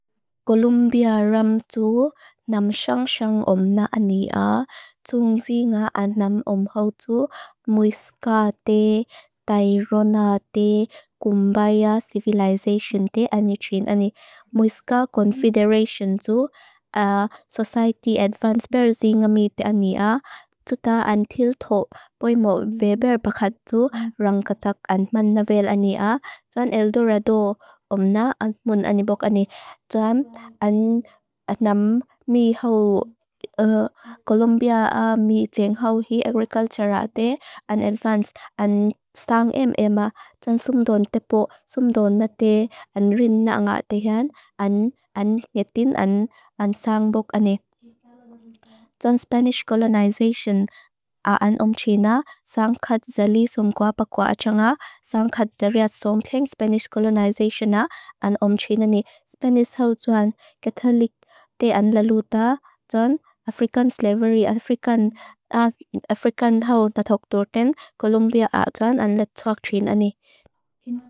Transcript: Columbia ram tu nam shang shang om na ani a. Tungzi nga a nam om hau tu. Muiska te, tairona te, kumbaya civilization te ani trin ani. Muiska confederation tu, society advance persi nga mi te ani a. Tuta an tiltho poi mo veber pakat tu rangkatak ant mannavel ani a. Tuan eldorado om na ant mun ani bok ani. Tuan an at nam mi hau columbia mi tseng hau hii agriculture ate. An advance an sang em em a. Tuan sumdon tepo, sumdon nate, an rin na ang ate jan. an ngetin an sang bok ani. Tuan spanish colonization a an om China. Tuan african slavery a african a african hau tatok toten. Columbia a tuan an letok chin ani.